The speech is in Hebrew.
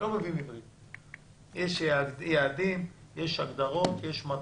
יש יעדים, יש הגדרות, יש מטרות.